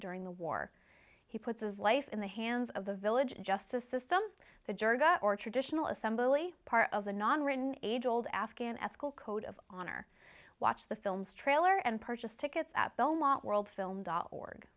during the war he put his life in the hands of the village justice system the jirga or traditional assembly part of the non written age old afghan ethical code of honor watch the film's trailer and purchase tickets at belmont world film dot org